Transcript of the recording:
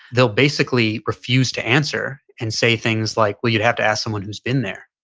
they will basically refuse to answer and say things like, well you'd have to ask someone who's been there.